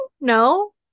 No